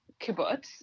kibbutz